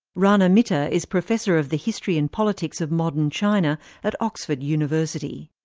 rana mitter is professor of the history and politics of modern china at oxford university.